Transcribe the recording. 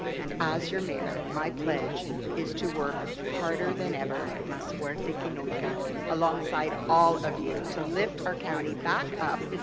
and as your mayor, my pledge is to work harder than ever must work. dickey nanga alongside all of you to lift our county back up.